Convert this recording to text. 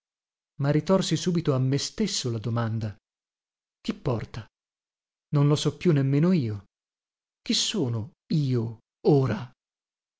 ma ritorsi subito a me stesso la domanda chi porta non lo so più nemmeno io chi sono io ora